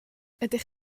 ydych